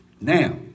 Now